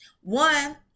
one